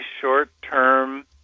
short-term